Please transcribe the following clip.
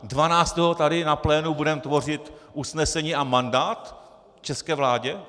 Dvanáctého tady na plénu budeme tvořit usnesení a mandát české vládě?